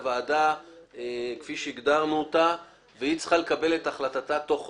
הוועדה כפי שהגדרנו אותה והיא צריכה לקבל את החלטתה תוך חודשיים.